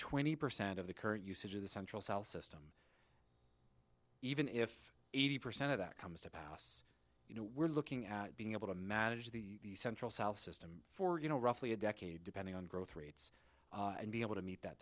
twenty percent of the current usage of the central cell system even if eighty percent of that comes to pass you know we're looking at being able to manage the central south system for you know roughly a decade depending on growth rates and be able to meet that